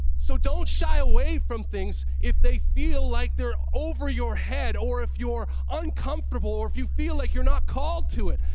so don't shy away from things if they feel like they're over your head or if you're uncomfortable or if you feel like you're not called to it.